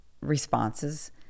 responses